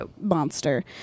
monster